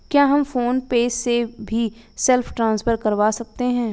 क्या हम फोन पे से भी सेल्फ ट्रांसफर करवा सकते हैं?